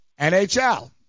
NHL